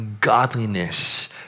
godliness